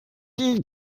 die